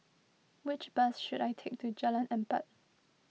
which bus should I take to Jalan Empat